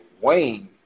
Wayne